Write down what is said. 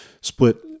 split